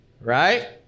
right